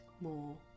more